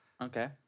Okay